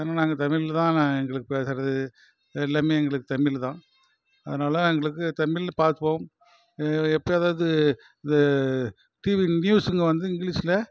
ஏன்னால் நாங்கள் தமிழில்தான் நாங்கள் பேசுவது எல்லாமே எங்களுக்கு தமிழ்தான் அதனால் எங்களுக்கு தமிழில் பார்ப்போம் எப்போயாவது இது டிவியில் நியூஸ்ங்க வந்து இங்கிலீஷில்